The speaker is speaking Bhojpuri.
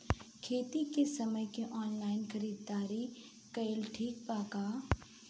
खेती के समान के ऑनलाइन खरीदारी कइल ठीक बा का?